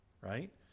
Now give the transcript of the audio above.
right